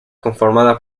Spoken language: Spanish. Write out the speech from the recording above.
conformada